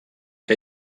que